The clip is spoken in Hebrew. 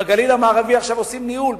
בגליל המערבי עושים עכשיו ניהול,